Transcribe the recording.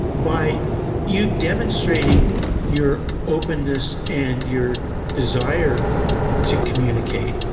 by you demonstrating your openness and your desire to communicate,